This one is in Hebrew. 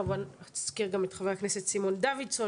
כמובן אזכיר גם את חבר הכנסת סימון דוידסון